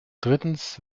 drittens